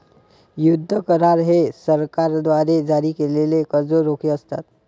युद्ध करार हे सरकारद्वारे जारी केलेले कर्ज रोखे असतात